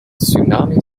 tsunami